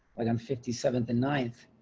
like i'm fifty seventh and ninth.